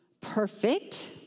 perfect